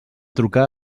trucar